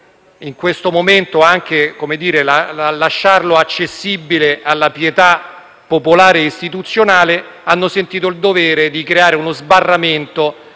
in questo momento lasciarlo accessibile alla pietà popolare e istituzionale, hanno sentito il dovere di creare uno sbarramento